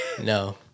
No